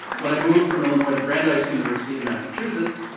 when i moved from illinois to brandeis university in massachusetts,